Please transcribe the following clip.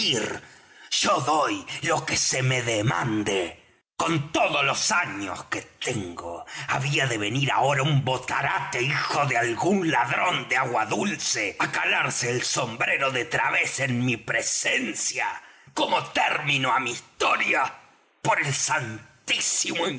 doy lo que se me demande con todos los años que tengo había de venir ahora un botarate hijo de algún ladrón de agua dulce á calarse el sombrero de través en mi presencia como término á mi historia por el santísimo